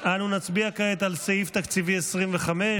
אנו נצביע כעת על סעיף תקציבי 25,